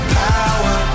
power